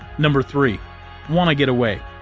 number three want to get away.